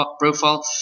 profile